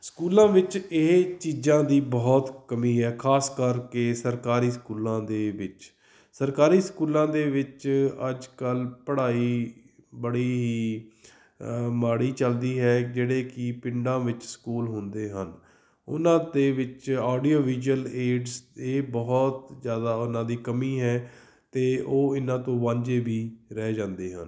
ਸਕੂਲਾਂ ਵਿੱਚ ਇਹ ਚੀਜ਼ਾਂ ਦੀ ਬਹੁਤ ਕਮੀ ਹੈ ਖਾਸ ਕਰਕੇ ਸਰਕਾਰੀ ਸਕੂਲਾਂ ਦੇ ਵਿੱਚ ਸਰਕਾਰੀ ਸਕੂਲਾਂ ਦੇ ਵਿੱਚ ਅੱਜ ਕੱਲ੍ਹ ਪੜ੍ਹਾਈ ਬੜੀ ਮਾੜੀ ਚੱਲਦੀ ਹੈ ਜਿਹੜੇ ਕਿ ਪਿੰਡਾਂ ਵਿੱਚ ਸਕੂਲ ਹੁੰਦੇ ਹਨ ਉਹਨਾਂ ਦੇ ਵਿੱਚ ਓਡੀਓ ਵਿਜ਼ੂਅਲ ਏਡਸ ਇਹ ਬਹੁਤ ਜ਼ਿਆਦਾ ਉਹਨਾਂ ਦੀ ਕਮੀ ਹੈ ਅਤੇ ਉਹ ਇਹਨਾਂ ਤੋਂ ਵਾਂਝੇ ਵੀ ਰਹਿ ਜਾਂਦੇ ਹਨ